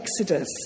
Exodus